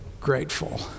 grateful